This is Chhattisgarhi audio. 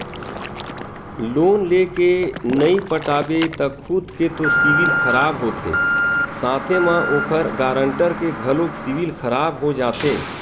लोन लेय के नइ पटाबे त खुद के तो सिविल खराब होथे साथे म ओखर गारंटर के घलोक सिविल खराब हो जाथे